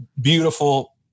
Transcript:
beautiful